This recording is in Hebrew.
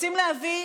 רוצים להביא